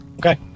Okay